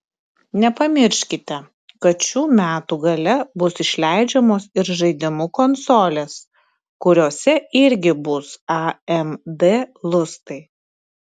nepamirškite kad šių metų gale bus išleidžiamos ir žaidimų konsolės kuriose irgi bus amd lustai